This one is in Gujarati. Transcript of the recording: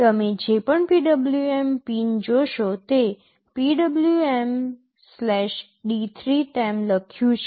તમે જે પણ PWM પિન જોશો તે PWMD3 તેમ લખ્યું છે